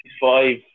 Five